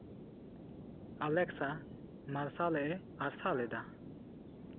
ᱟᱞᱮᱠᱥᱟ Marshall ᱮ ᱟᱨᱥᱟᱨ ᱮᱫᱟ